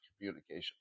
communication